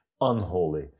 unholy